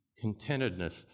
contentedness